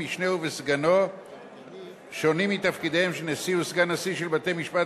משנהו וסגנו שונים מתפקידיהם של נשיא וסגן נשיא של בתי-משפט